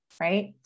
right